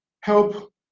help